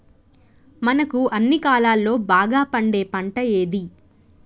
మనకు అన్ని కాలాల్లో బాగా పండే పంట ఏది?